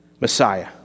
messiah